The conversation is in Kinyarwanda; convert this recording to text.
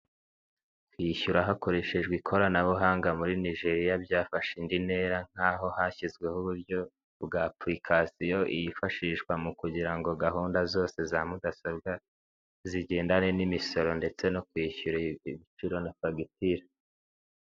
Kwishyura hakoreshejwe ikoranabuhanga muri Nigeria byafashe indi ntera, nk'aho hashyizweho uburyo bwa apulikation yifashishwa mu kugira ngo gahunda zose za mudasobwa zigendane n'imisoro ndetse no kwishyura ibiciro na fagitire.